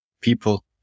people